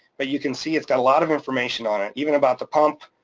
but you can see it's got a lot of information on it, even about the pump,